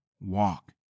walk